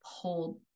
pulled